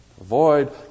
Avoid